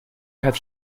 have